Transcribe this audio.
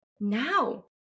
Now